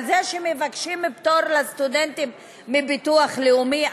על זה שמבקשים פטור לסטודנטים מביטוח לאומי?